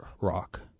Rock